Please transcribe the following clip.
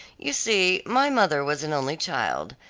you see my mother was an only child,